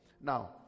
Now